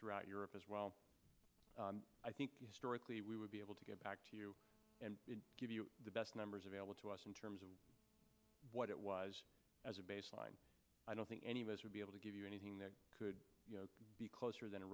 throughout europe as well i think historically we would be able to get back to you and give you the best numbers available to us in terms of what it was as a baseline i don't think any of us would be able to give you anything that could be closer than